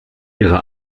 ihre